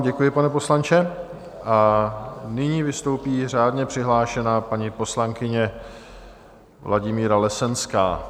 Děkuji vám, pane poslanče, a nyní vystoupí řádně přihlášená paní poslankyně Vladimíra Lesenská.